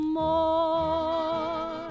more